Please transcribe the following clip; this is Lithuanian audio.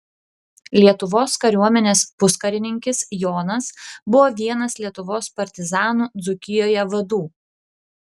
lietuvos kariuomenės puskarininkis jonas buvo vienas lietuvos partizanų dzūkijoje vadų